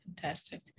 Fantastic